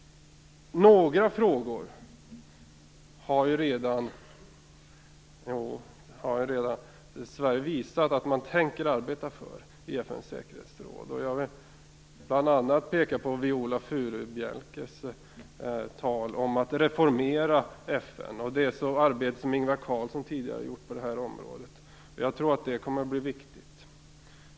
Några frågor har ju Sverige redan visat att man tänker arbeta för i FN:s säkerhetsråd. Jag vill bl.a. peka på Viola Furubjelkes tal om att reformera FN, samt det arbete som Ingvar Carlsson tidigare gjort på det här området. Jag tror att det kommer att bli viktigt.